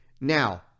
Now